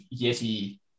Yeti